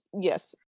Yes